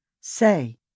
Say